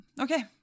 Okay